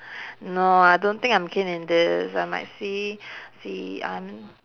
no I don't think I'm keen in this I might see see I mean